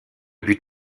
but